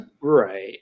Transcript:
right